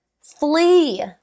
flee